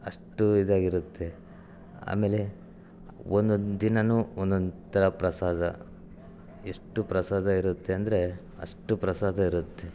ಅಷ್ಟು ಇದಾಗಿರುತ್ತೆ ಆಮೇಲೆ ಒಂದೊಂದು ದಿನನೂ ಒಂದೊಂದು ಥರ ಪ್ರಸಾದ ಎಷ್ಟು ಪ್ರಸಾದ ಇರುತ್ತೆ ಅಂದರೆ ಅಷ್ಟು ಪ್ರಸಾದ ಇರುತ್ತೆ